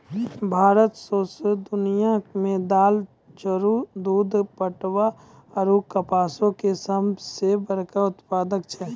भारत सौंसे दुनिया मे दाल, चाउर, दूध, पटवा आरु कपासो के सभ से बड़का उत्पादक छै